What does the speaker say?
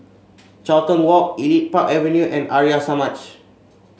Carlton Walk Elite Park Avenue and Arya Samaj